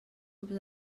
grups